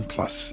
Plus